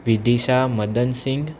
Vidisha Madansingh